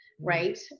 right